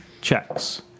Checks